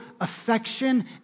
affection